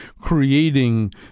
creating